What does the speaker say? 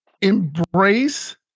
Embrace